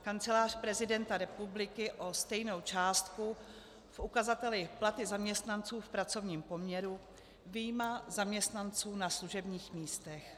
Kancelář prezidenta republiky o stejnou částku v ukazateli platy zaměstnanců v pracovním poměru, vyjma zaměstnanců na služebních místech.